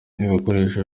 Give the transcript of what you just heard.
ibikoresho